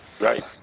Right